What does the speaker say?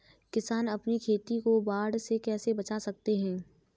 किसान अपनी खेती को बाढ़ से कैसे बचा सकते हैं?